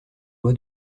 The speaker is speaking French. loi